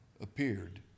appeared